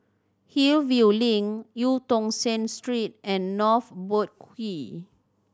Hillview Link Eu Tong Sen Street and North Boat Quay